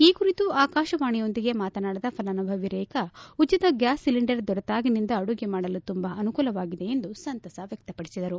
ಈ ಕುರಿತು ಆಕಾಶವಾಣಿಯೊಂದಿಗೆ ಮಾತನಾಡಿದ ಫಲಾನುಭವಿ ರೇಖಾ ಉಚಿತ ಗ್ಯಾಸ್ ಸಿಲಿಂಡರ್ ದೊರೆತಾಗಿನಿಂದ ಅಡುಗೆ ಮಾಡಲು ತುಂಬಾ ಅನುಕೂಲವಾಗಿದೆ ಎಂದು ಸಂತಸ ವ್ಲಕ್ಷಪಡಿಸಿದರು